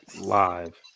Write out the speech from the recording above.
live